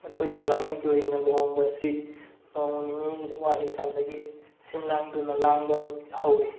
ꯑꯩꯈꯣꯏꯒꯤ ꯙꯔꯃꯒꯤ ꯑꯣꯏꯅ ꯂꯨꯍꯣꯡꯕ ꯑꯁꯤ ꯅꯣꯡ ꯅꯤꯅꯤ ꯋꯥꯠꯂꯤꯀꯥꯟꯗꯒꯤ ꯁꯤꯜ ꯂꯥꯡꯗꯨꯅ ꯂꯥꯡꯕ ꯍꯧꯏ